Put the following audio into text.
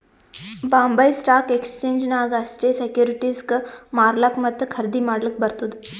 Bombay stock exchange ನಾಗ್ ಅಷ್ಟೇ ಸೆಕ್ಯೂರಿಟಿಸ್ಗ್ ಮಾರ್ಲಾಕ್ ಮತ್ತ ಖರ್ದಿ ಮಾಡ್ಲಕ್ ಬರ್ತುದ್